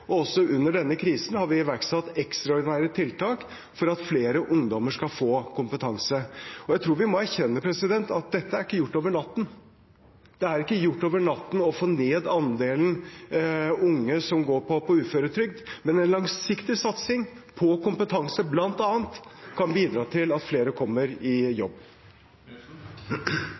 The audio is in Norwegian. og også under denne krisen har vi iverksatt ekstraordinære tiltak for at flere ungdommer skal få kompetanse. Jeg tror vi må erkjenne at dette ikke er gjort over natten. Det er ikke gjort over natten å få ned andelen unge som går på uføretrygd. Men en langsiktig satsing på kompetanse, bl.a., kan bidra til at flere kommer i jobb.